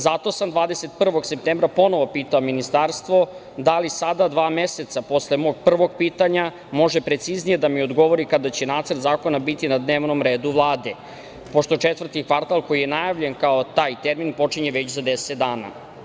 Zato sam 21. septembra ponovo pitao Ministarstvo da li sada dva meseca posle mog prvog pitanja može preciznije da mi odgovori kada će nacrt zakona biti na dnevnom redu Vlade, pošto četvrti kvartal koji je najavljen kao taj termin počinje već za 10 dana?